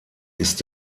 ist